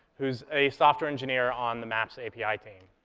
who is a software engineer on the maps api team.